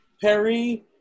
Perry